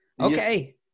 Okay